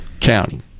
County